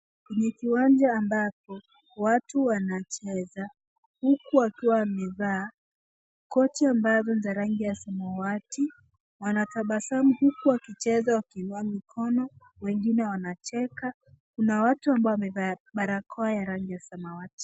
Kwenye kiwanja ambapo watu wanacheza huku wakiwa wamevaa koti ambazo ni za rangi ya samawati wanatabasamu huku wakicheza wakiinua mikono, wengine wanacheka . Kuna watu ambao wamevaa barakoa ya rangi ya samawati.